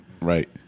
right